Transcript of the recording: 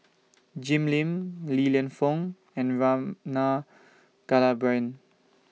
Jim Lim Li Lienfung and Rama Kannabiran